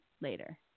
later